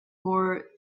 more